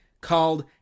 called